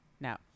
No